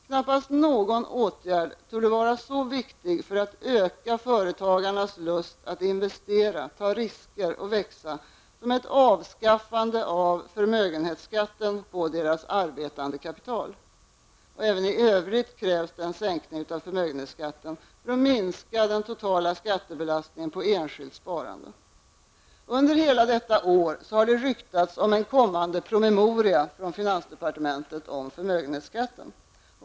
Knappast någon åtgärd torde vara så viktig för att öka företagarnas lust att investera, ta risker och växa som ett avskaffande av förmögenhetsskatten på deras arbetande kapital. Även i övrigt krävs en sänkning av förmögenhetsskatten, för att minska den totala skattebelastningen på enskilt sparande. Under hela detta år har det ryktats om en kommande promemoria från finansdepartementet om förmögenhetsskatten.